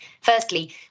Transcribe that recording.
Firstly